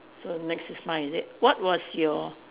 so next is mine is it what was your